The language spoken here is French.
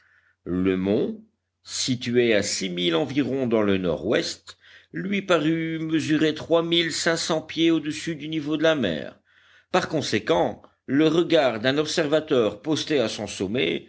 le mont situé à six milles environ dans le nord-ouest lui parut mesurer trois mille cinq cents pieds au-dessus du niveau de la mer par conséquent le regard d'un observateur posté à son sommet